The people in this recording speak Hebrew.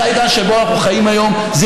זה העידן שבו אנו חיים היום.